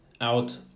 out